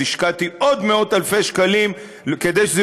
אז השקעתי עוד מאות אלפי שקלים כדי שזה